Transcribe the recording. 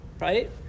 right